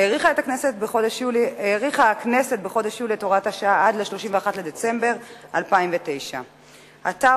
האריכה הכנסת בחודש יולי את הוראת השעה עד ל-31 בדצמבר 2009. עתה,